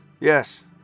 Yes